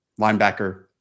linebacker